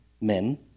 men